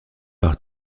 par